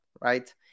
right